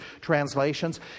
translations